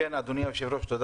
חבר